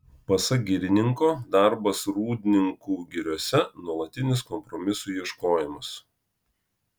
pasak girininko darbas rūdninkų giriose nuolatinis kompromisų ieškojimas